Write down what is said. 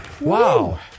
Wow